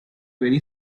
very